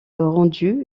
rendu